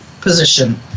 position